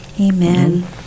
Amen